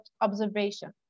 observation